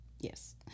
Yes